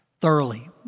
thoroughly